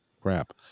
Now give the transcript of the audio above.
crap